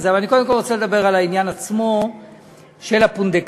אבל אני קודם כול רוצה לדבר על העניין עצמו של הפונדקאית.